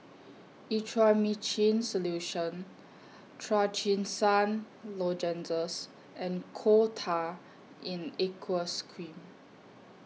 Erythroymycin Solution Trachisan Lozenges and Coal Tar in Aqueous Cream